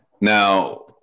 Now